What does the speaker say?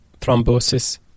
thrombosis